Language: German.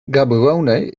gaborone